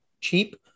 cheap